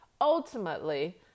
Ultimately